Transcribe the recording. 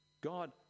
God